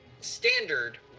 standard